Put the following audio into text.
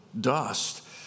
dust